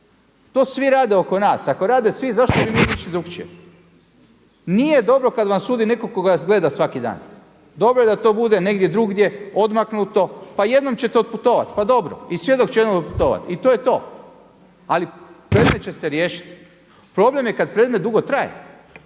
To svi rade oko nas. Ako rade svi zašto bi mi išli drukčije? Nije dobro kad vam sudi netko tko vas gleda svaki dan. Dobro je da to bude negdje drugdje odmaknuto pa jednom ćete otputovati pa dobro i svjedok će jednom otputovati i to je to, ali predmet će se riješiti. Problem je kada predmet dugo traje.